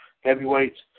Heavyweights